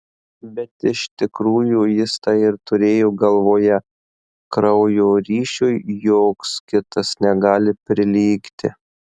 bet iš tikrųjų jis tai ir turėjo galvoje kraujo ryšiui joks kitas negali prilygti